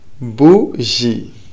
bougie